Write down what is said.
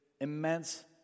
immense